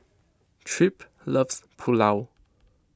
Tripp loves Pulao